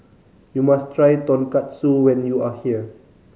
you must try Tonkatsu when you are here